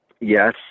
Yes